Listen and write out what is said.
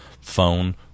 Phone